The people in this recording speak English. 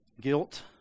guilt